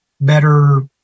better